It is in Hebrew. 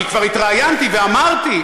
כי כבר התראיינתי ואמרתי,